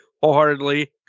wholeheartedly